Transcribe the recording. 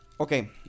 Okay